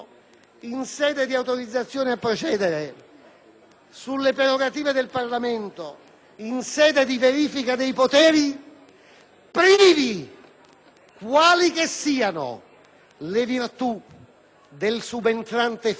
sulle prerogative del Parlamento in sede di verifica dei poteri ci privi, quali che siano, delle virtù del subentrante Fantetti al resistente